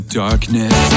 darkness